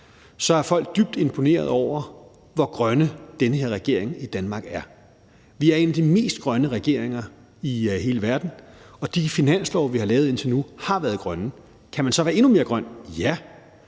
er folk dybt imponerede over, hvor grøn den her regering i Danmark er. Vi er en af de mest grønne regeringer i hele verden, og de finanslove, vi har lavet indtil nu, har været grønne. Kan man så være endnu mere grøn? Ja.